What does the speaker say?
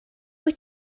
wyt